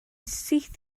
syth